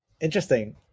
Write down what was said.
Interesting